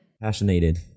passionate